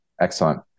Excellent